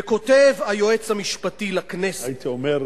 וכותב היועץ המשפטי לכנסת, הייתי אומר,